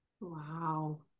Wow